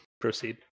proceed